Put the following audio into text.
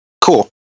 Cool